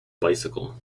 bicycle